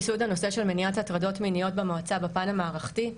מיסוד הנושא של מניעת הטרדות מיניות במועצה בפן המערכתי.